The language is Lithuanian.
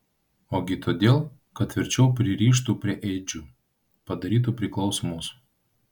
ogi todėl kad tvirčiau pririštų prie ėdžių padarytų priklausomus